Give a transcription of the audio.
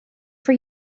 for